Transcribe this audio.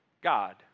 God